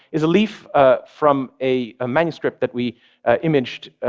is a leaf ah from a a manuscript that we imaged,